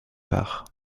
parts